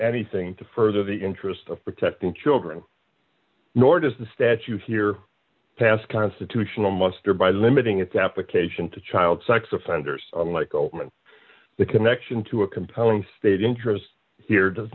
anything to further the interest of protecting children nor does the statute here pass constitutional muster by limiting its application to child sex offenders like open the connection to a compelling state interest here does